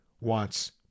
wants